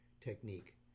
technique